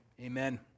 Amen